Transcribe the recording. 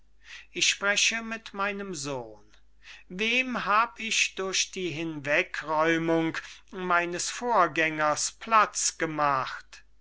ich spreche mit meinem sohn wem hab ich durch die hinwegräumung meines vorgängers platz gemacht eine